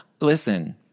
Listen